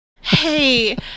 Hey